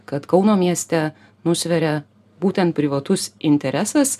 kad kauno mieste nusveria būtent privatus interesas